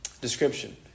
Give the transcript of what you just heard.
description